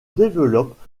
développe